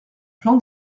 plan